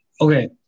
Okay